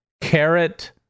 carrot